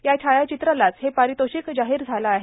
या छायाचित्रालाच हे पारितोषिक जाहीर झालं आहे